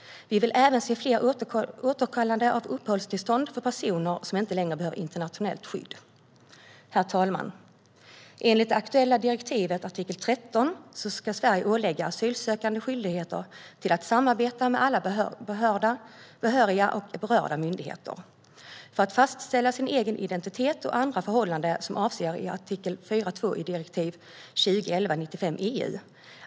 Vi vill även se fler återkallanden av uppehållstillstånd för personer som inte längre behöver internationellt skydd. Herr talman! Enligt det aktuella direktivet, artikel 13, ska Sverige ålägga asylsökande skyldigheter att samarbeta med alla behöriga och berörda myndigheter för att fastställa sin egen identitet och andra förhållanden som avses i artikel 4.2 i direktiv 2011 EU.